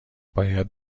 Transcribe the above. باید